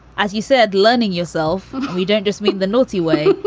as you said, learning yourself, we don't just mean the naughty way,